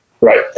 right